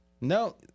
No